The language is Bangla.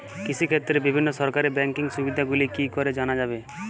কৃষিক্ষেত্রে বিভিন্ন সরকারি ব্যকিং সুবিধাগুলি কি করে জানা যাবে?